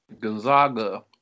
Gonzaga